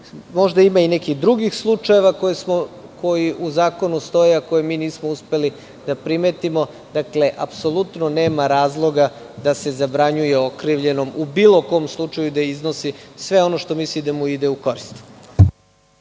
Možda ima i nekih drugih slučajeva koji u zakonu stoje,a koje mi nismo uspeli da primetimo. Dakle, apsolutno nema razloga da se zabranjuje okrivljenom, u bilo kom slučaju, da iznosi sve ono što misli da mu ide u korist.